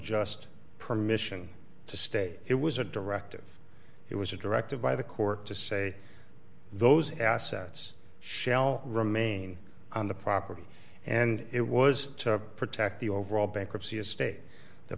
just permission to state it was a directive it was a directive by the court to say those assets shall remain on the property and it was to protect the overall bankruptcy estate the